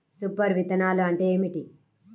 Super విత్తనాలు అంటే ఏమిటి?